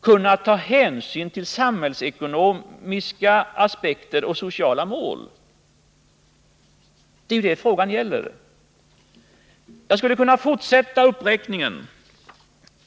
kunna ta hänsyn till samhällsekonomiska aspekter och sociala mål? Det är ju det frågan gäller. Jag skulle kunna fortsätta uppräkningen.